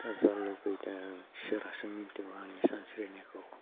दा जि लुगैदों इसोरासो मिथिगौ आंनि सानस्रिनायखौ